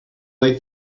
they